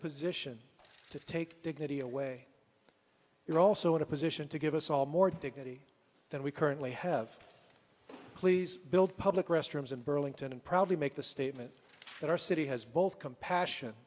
position to take dignity away you're also in a position to give us all more dignity than we currently have please build public restrooms in burlington and probably make the statement that our city has both compassion